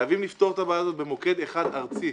חייבים לפתור את הבעיה הזאת במוקד אחד ארצי,